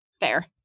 fair